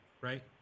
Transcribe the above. right